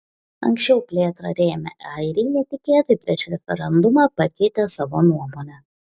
anksčiau plėtrą rėmę airiai netikėtai prieš referendumą pakeitė savo nuomonę